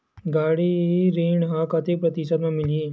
गाड़ी ऋण ह कतेक प्रतिशत म मिलही?